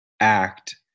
act